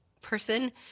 person